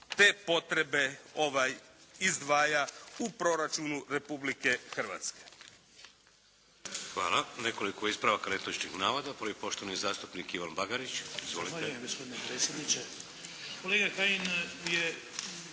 te potrebe izdvaja u Proračunu Republike Hrvatske.